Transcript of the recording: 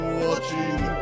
watching